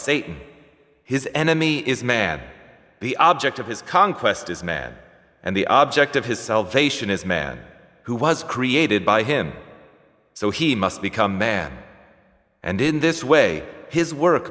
satan his enemy is man the object of his conquest is man and the object of his salvation is man who was created by him so he must become man and in this way his work